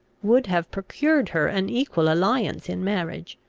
would have procured her an equal alliance in marriage.